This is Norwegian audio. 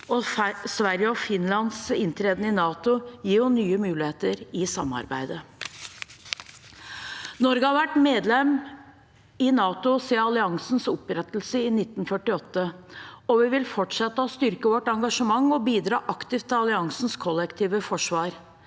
Sverige og Finlands inntreden i NATO gir nye muligheter i samarbeidet. Norge har vært medlem i NATO siden alliansens opprettelse i 1948, og vi vil fortsette å styrke vårt engasjement og bidra aktivt til alliansens kollektive forsvar.